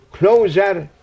closer